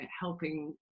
helping